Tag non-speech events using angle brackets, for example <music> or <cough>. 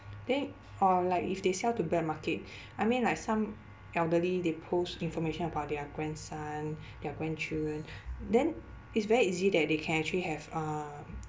then or like if they sell to black market <breath> I mean like some elderly they post information about their grandson their grandchildren then it's very easy that they can actually have uh